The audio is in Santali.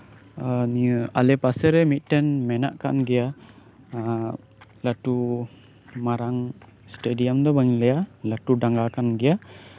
ᱱᱤᱭᱟᱹ ᱟᱞᱮ ᱯᱟᱥᱮᱨᱮ ᱢᱮᱱᱟᱜ ᱠᱟᱜ ᱜᱮᱭᱟ ᱞᱟᱹᱴᱩ ᱢᱟᱨᱟᱝ ᱮᱥᱴᱮᱰᱤᱭᱟᱢ ᱵᱟᱹᱧ ᱞᱟᱹᱭᱟ ᱞᱟᱹᱴᱩ ᱰᱟᱝᱜᱟ ᱠᱟᱱ ᱜᱮᱭᱟ